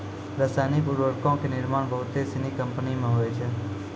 रसायनिक उर्वरको के निर्माण बहुते सिनी कंपनी मे होय छै